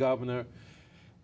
governor